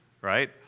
right